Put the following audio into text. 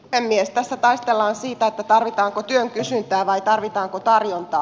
tässä taistellaan siitä tarvitaanko työn kysyntää vai tarvitaanko tarjontaa